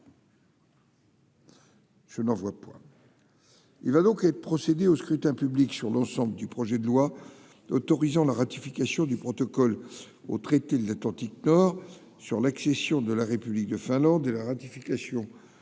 Je n'en vois point